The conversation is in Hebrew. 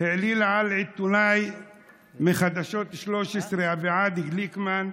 העלילה על עיתונאי מחדשות 13, אביעד גליקמן,